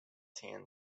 tan